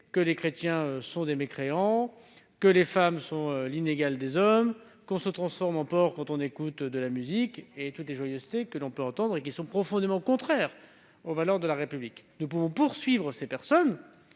que les chrétiens sont des mécréants, que les femmes ne sont pas les égales des hommes, que l'on se transforme en porc quand on écoute de la musique, toutes joyeusetés que l'on peut entendre et qui sont profondément contraires aux valeurs de la République. Nous pouvons certes poursuivre ces personnes,